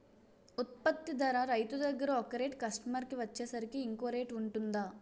ఉత్పత్తి ధర రైతు దగ్గర ఒక రేట్ కస్టమర్ కి వచ్చేసరికి ఇంకో రేట్ వుంటుందా?